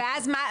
ואז מה,